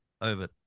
over